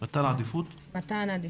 מתי אנחנו נותנים.